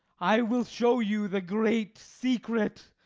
i will show you the great secret,